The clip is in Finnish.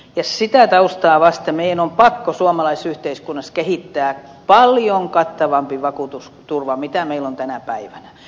ja sitä taustaa vasten meidän on pakko suomalaisyhteiskunnassa kehittää paljon kattavampi vakuutusturva kuin meillä on tänä päivänä